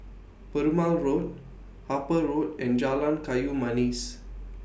Perumal Road Harper Road and Jalan Kayu Manis